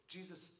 Jesus